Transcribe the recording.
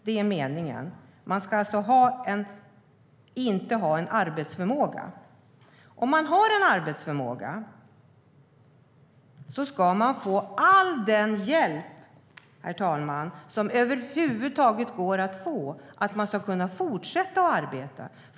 Det är meningen. Man ska inte ha arbetsförmåga. Om man har arbetsförmåga ska man få all den hjälp, herr talman, som över huvud taget går att få så att man kan fortsätta att arbeta.